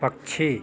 पक्षी